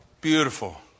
beautiful